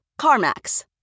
CarMax